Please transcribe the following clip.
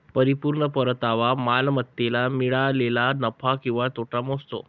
परिपूर्ण परतावा मालमत्तेला मिळालेला नफा किंवा तोटा मोजतो